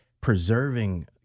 preserving